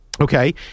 Okay